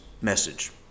message